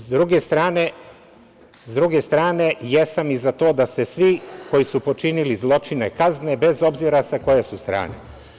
Sa druge strane, jesam i za to da se svi koji su počinili zločine kazne, bez obzira sa koje su strane.